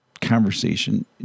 conversation